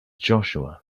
joshua